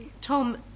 Tom